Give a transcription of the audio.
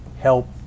help